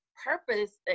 Purpose